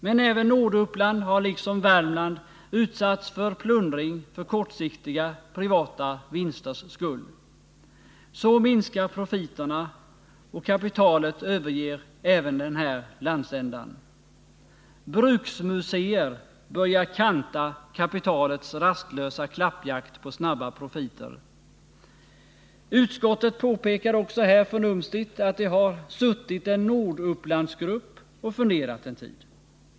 Men även Norduppland har, liksom Värmland, utsatts för plundring för kortsiktiga privata vinsters skull. Så minskar profiterna och kapitalet överger även den här landsänden. Bruksmuseer börjar kanta kapitalets rastlösa klappjakt på snabba profiter. Utskottet påpekar också här förnumstigt att det har suttit en Nordupplandsgrupp och funderat en tid.